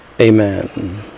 amen